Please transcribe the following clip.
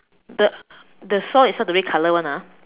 the the saw is not the red color one ah